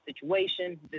situation